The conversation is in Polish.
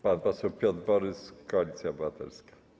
Pan poseł Piotr Borys, Koalicja Obywatelska.